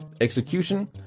Execution